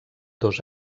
dos